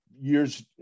years